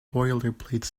boilerplate